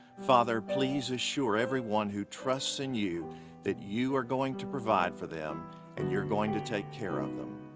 father, please assure everyone who trusts in you that you are going to provide for them and you're going to take care of them.